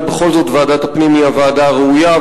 בכל זאת ועדת הפנים היא הוועדה הראויה,